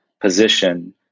position